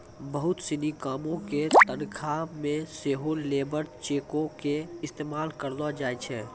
बहुते सिनी कामो के तनखा मे सेहो लेबर चेको के इस्तेमाल करलो जाय छै